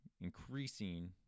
increasing